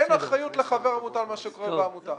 אין אחריות לחבר עמותה על מה שקורה בעמותה.